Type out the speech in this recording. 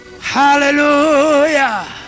hallelujah